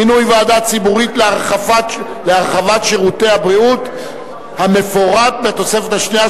מינוי ועדה ציבורית להרחבת שירותי הבריאות המפורט בתוספת השנייה),